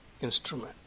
instrument